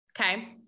okay